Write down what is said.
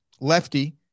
Lefty